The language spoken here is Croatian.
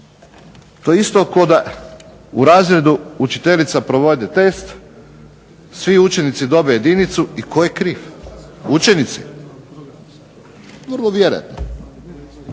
To je isto kao da u razredu učiteljica provodi test, svi učenici dobiju jedinicu i tko je kriv? Učenici? Vrlo vjerojatno.